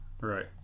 Right